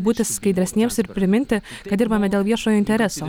būti skaidresniems ir priminti kad dirbame dėl viešojo intereso